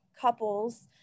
couples